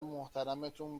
محترمتون